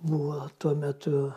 buvo tuo metu